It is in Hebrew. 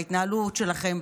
בהתנהלות שלכם,